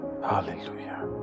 Hallelujah